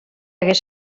hagués